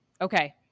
Okay